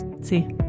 See